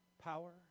power